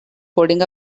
holding